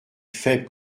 faible